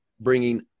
bringing